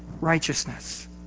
Righteousness